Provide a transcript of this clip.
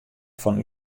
fan